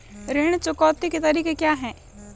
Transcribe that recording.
ऋण चुकौती के तरीके क्या हैं?